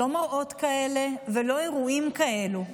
לא מראות כאלה ולא אירועים כאלו.